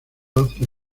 hacia